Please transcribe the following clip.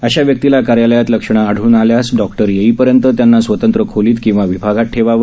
अशा व्यक्तीला कार्यालयात लक्षणं आढळन आल्यास डॉक्टर येईपर्यंत त्यांना स्वतंत्र खोलीत किंवा विभागात ठेवावे